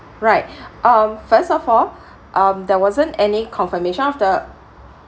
right um first of all um there wasn't any confirmation of the